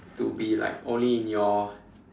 to be like only in your